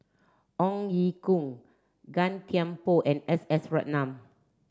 Ong Ye Kung Gan Thiam Poh and S S Ratnam